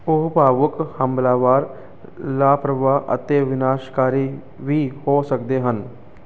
ਉਹ ਭਾਵੁਕ ਹਮਲਾਵਾਰ ਲਾਪਰਵਾਹ ਅਤੇ ਵਿਨਾਸ਼ਕਾਰੀ ਵੀ ਹੋ ਸਕਦੇ ਹਨ